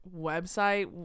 website